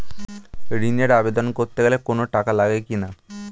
ঋণের আবেদন করতে গেলে কোন টাকা লাগে কিনা?